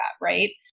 right